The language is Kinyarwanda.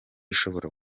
ishobora